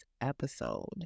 episode